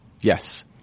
Yes